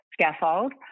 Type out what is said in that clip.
scaffold